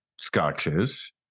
scotches